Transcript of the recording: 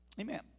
Amen